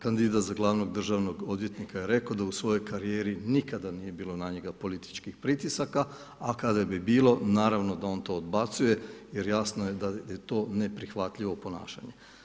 Kandidat za glavnog državnog odvjetnika je rekao da u svojoj karijeri nikada nije bilo na njega političkih pritisaka, a kada bi bilo, naravno da on to odbacuje jer jasno je da je to neprihvatljivo ponašanje.